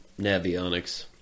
Navionics